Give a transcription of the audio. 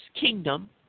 kingdom